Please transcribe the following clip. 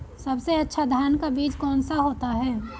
सबसे अच्छा धान का बीज कौन सा होता है?